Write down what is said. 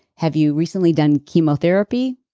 have you recently done chemotherapy?